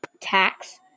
tax